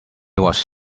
was